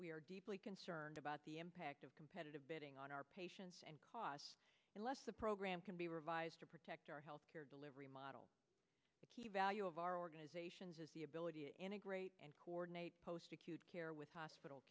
are deeply concerned about the impact of competitive bidding on our patients and costs unless the program can be revised to protect our health care delivery model value of our organizations the ability to integrate and coordinate post acute care with h